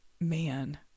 man